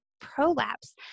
prolapse